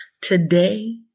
Today